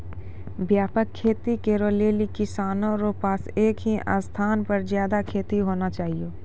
व्यापक खेती करै लेली किसानो रो पास एक ही स्थान पर ज्यादा खेत होना चाहियो